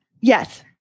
Yes